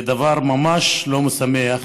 זה דבר ממש לא משמח.